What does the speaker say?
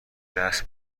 دست